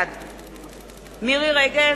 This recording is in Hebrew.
בעד מירי רגב,